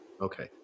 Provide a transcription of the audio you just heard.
okay